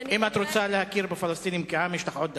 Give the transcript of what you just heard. אם את רוצה להכיר בפלסטינים כעם, יש לך עוד דקה.